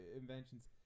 inventions